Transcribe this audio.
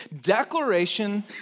declaration